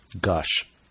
gush